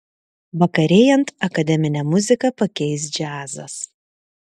vakarėjant akademinę muziką pakeis džiazas